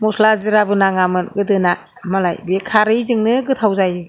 म'स्ला जिराबो नाङामोन गोदोना मालाय बे खारैजोंनो गोथाव जायो